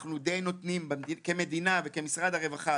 אנחנו נותנים כמדינה וכמשרד הרווחה,